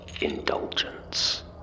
indulgence